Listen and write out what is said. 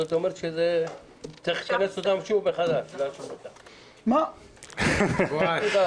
מחברי הוועדה